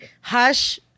Hush